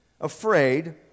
afraid